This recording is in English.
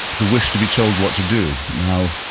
the wish to be told what to do. now,